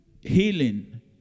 healing